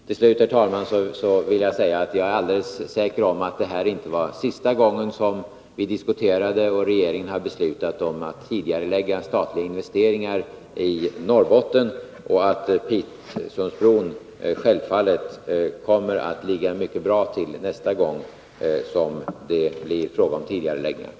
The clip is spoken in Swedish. Till sist, herr talman, vill jag säga att jag är alldeles säker på att detta inte var sista gången regeringen diskuterade och beslutade om att tidigarelägga 5 Riksdagens protokoll 1981/82:160-161 statliga investeringar i Norrbotten. Pitsundsbron kommer självfallet att ligga mycket bra till nästa gång det blir fråga om tidigareläggningar.